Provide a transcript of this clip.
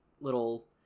little